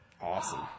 Awesome